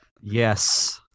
Yes